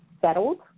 settled